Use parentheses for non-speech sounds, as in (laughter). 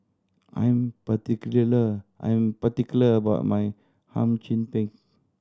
I'm (unintelligible) I'm particular about my Hum Chim Peng